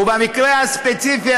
ובמקרה הספציפי,